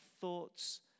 thoughts